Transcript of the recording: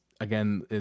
again